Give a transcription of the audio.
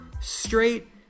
straight